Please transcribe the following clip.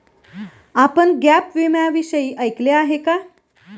आपण गॅप विम्याविषयी ऐकले आहे का?